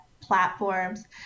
platforms